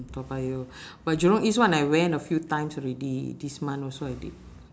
toa payoh but jurong east one I went a few times already this month also I did